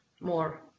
more